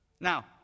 Now